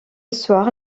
soir